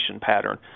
pattern